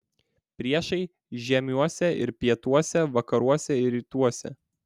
priešai žiemiuose ir pietuose vakaruose ir rytuose